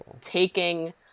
taking